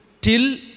till